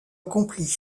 accompli